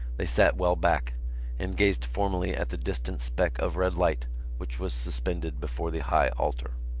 they sat well back and gazed formally at the distant speck of red light which was suspended before the high altar.